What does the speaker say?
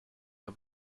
der